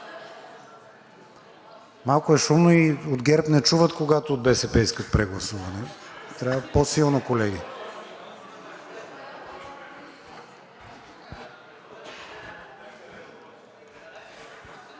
Малко е шумно и от ГЕРБ не чуват, когато от БСП искат прегласуване. Трябва по-силно, колеги.